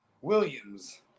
Williams